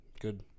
good